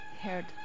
heard